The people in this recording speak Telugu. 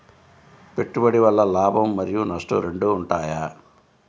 పెట్టుబడి వల్ల లాభం మరియు నష్టం రెండు ఉంటాయా?